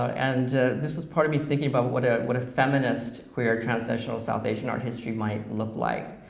and this was part of me thinking about what ah what a feminist queer transnational south asian art history might look like.